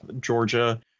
Georgia